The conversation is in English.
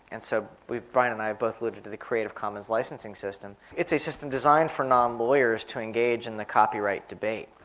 and so brian and i have both looked into the creative commons licensing system, it's a system designed for non-lawyers to engage in the copyright debate,